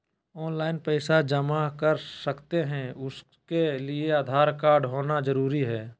Online पैसा जमा कर सकते हैं उसके लिए आधार कार्ड होना जरूरी है?